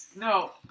No